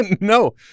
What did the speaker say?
No